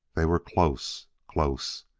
they were close close!